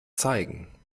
zeigen